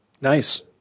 Nice